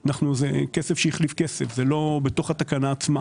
זה כסף שהחליף כסף בתוך התקנה עצמה.